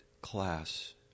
class